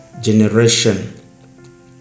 generation